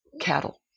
cattle